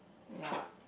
ya